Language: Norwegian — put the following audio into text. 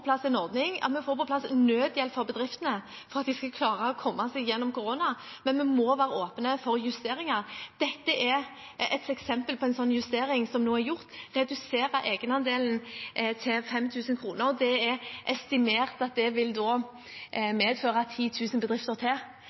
plass en ordning, at vi får på plass nødhjelp for bedriftene for at de skal klare å komme seg gjennom koronakrisen. Men vi må være åpne for justeringer. Dette som nå er gjort, er et eksempel på en slik justering. Det er estimert at å redusere egenandelen til 5 000 kr vil medføre at